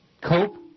Cope